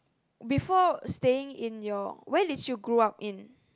before staying in your where did you grew up in